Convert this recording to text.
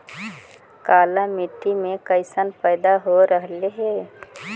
काला मिट्टी मे कैसन पैदा हो रहले है?